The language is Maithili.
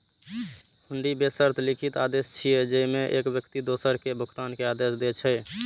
हुंडी बेशर्त लिखित आदेश छियै, जेइमे एक व्यक्ति दोसर कें भुगतान के आदेश दै छै